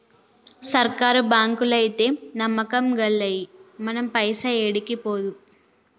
సర్కారు బాంకులైతే నమ్మకం గల్లయి, మన పైస ఏడికి పోదు